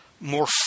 more